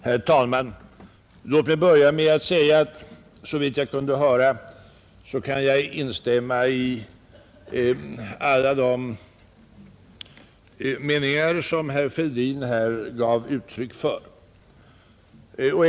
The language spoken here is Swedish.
Herr talman! Låt mig börja med att säga att såvitt jag kunde höra kan jag instämma i alla de uppfattningar som herr Fälldin här gav uttryck åt.